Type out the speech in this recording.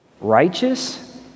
righteous